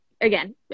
again